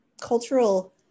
cultural